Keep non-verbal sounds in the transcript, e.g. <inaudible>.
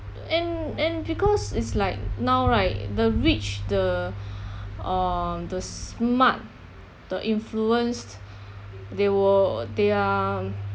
and and because is like now right the rich the <breath> uh the smart the influenced they were they are